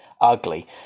ugly